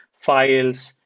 files,